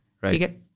Right